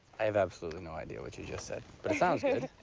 i have absolutely no idea what you just said, but sounds good.